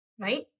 right